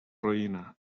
roïna